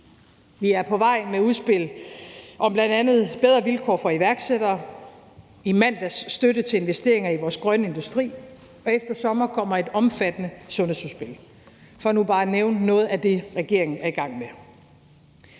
Vi er på vej med udspil om bl.a. bedre vilkår for iværksættere. I mandags gjaldt det støtte til investeringer i vores grønne industri, og efter sommer kommer der et omfattende sundhedsudspil, for nu bare at nævne noget af det, regeringen er i gang med.